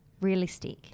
realistic